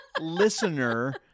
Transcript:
listener